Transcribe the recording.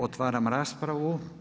Otvaram raspravu.